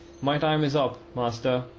my time is up. master,